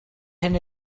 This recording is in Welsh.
hyn